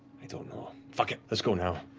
i don't know. fuck it. let's go now.